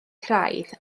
craidd